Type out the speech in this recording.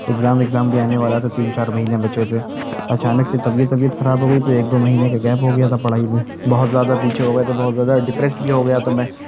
exam وگزام بھی آنے والا تھا تین چار مہینے بچے تھے اچانک سے طبیعت وبیعت خراب ہو گئی تو ایک دو مہینے کا گیپ ہو گیا تھا پڑھائی میں بہت زیادہ پیچھے ہو گئے تھے بہت زیادہ ڈپریسڈ بھی ہو گیا تھا میں